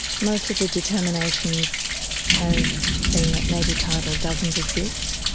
most of the determinations have been that native title doesn't exist.